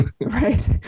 Right